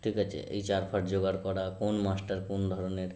ঠিক আছে এই চার ফার জোগাড় করা কোন মাছটার কোন ধরনের